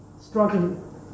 struggling